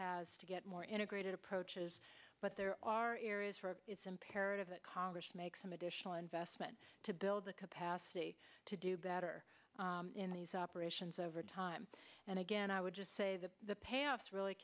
has to get more integrated approaches but there are areas where it's imperative that congress make some additional investment to build the capacity to do better in these operations over time and again i would just say that the payoffs really